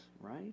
right